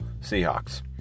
Seahawks